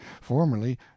formerly